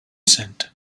sent